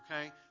okay